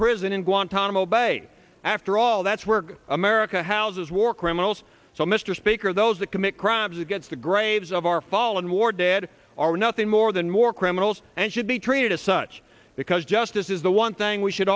bay after all that's were america houses war criminals so mr speaker those that commit crimes against the graves of our fallen war dead are nothing more than more criminals and should be treated as such because justice is the one thing we should